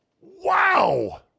Wow